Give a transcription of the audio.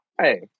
Hey